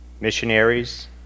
Missionaries